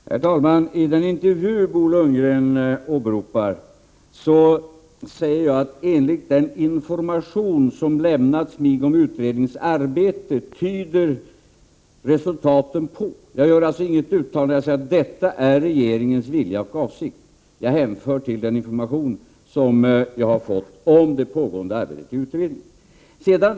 Herr talman! I den intervju som Bo Lundgren åberopar säger jag: ”Enligt den information som lämnats mig om utredningens arbete tyder resultaten på ---". Jag gör alltså inget uttalande där jag säger att detta är regeringens vilja och avsikt, utan jag hänför mig till den information som jag har fått om det pågående arbetet i utredningen.